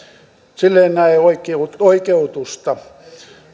sille en näe oikeutusta